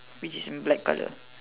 which is in black colour